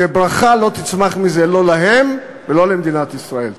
וברכה לא תצמח מזה, לא להם ולא למדינת ישראל.